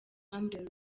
amber